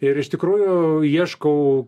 ir iš tikrųjų ieškau